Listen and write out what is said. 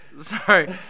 Sorry